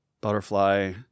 butterfly